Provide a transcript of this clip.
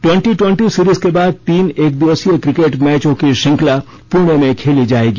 twenty twenty series के बाद तीन एकदिवसीय क्रिकेट मैचों की श्रृंखला पुणे में खेली जाएगी